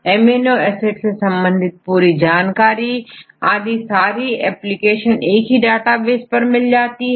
amino acid से संबंधित पूरी जानकारी कार्य आदि सारी एप्लीकेशन एक ही डेटाबेस से मिल जाती है